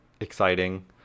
exciting